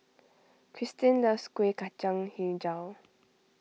Christine loves Kuih Kacang HiJau